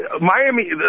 Miami